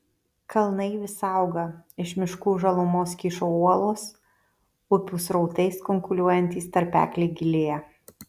kalnai vis auga iš miškų žalumos kyšo uolos upių srautais kunkuliuojantys tarpekliai gilėja